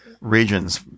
regions